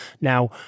Now